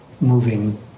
moving